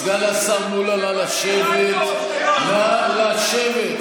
סגן השר מולא, נא לשבת.